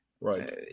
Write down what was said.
right